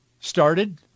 started